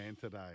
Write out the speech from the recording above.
today